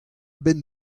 benn